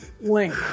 link